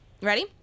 Ready